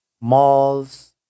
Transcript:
malls